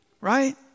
Right